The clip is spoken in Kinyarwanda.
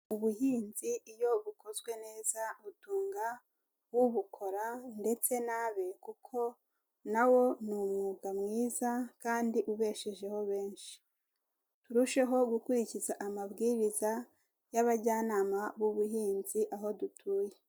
Ubuhinzi iyo bukozwe neza butunga ubukora ndetse n'abe kuko nawo ni umwuga mwiza kandi ubeshejeho benshi, turusheho gukurikiza amabwiriza y'abajyanama b'ubuhinzi aho dutuye.